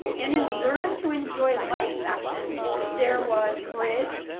and in the learn to enjoy life section there was bridge,